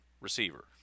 receiver